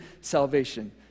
salvation